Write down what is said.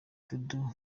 dudu